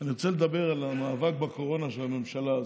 אני רוצה לדבר על המאבק בקורונה של הממשלה הזאת.